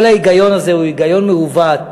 כל ההיגיון הזה הוא היגיון מעוות.